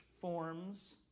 forms